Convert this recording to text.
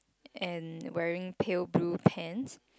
and wearing pale blue pants